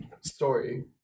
story